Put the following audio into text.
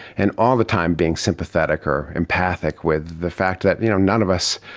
and all the time being sympathetic or empathic with the fact that you know none of us,